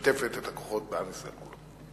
שמשתפת את הכוחות בעם ישראל כולו.